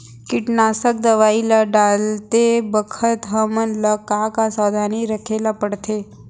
कीटनाशक दवई ल डालते बखत हमन ल का का सावधानी रखें ल पड़थे?